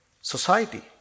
society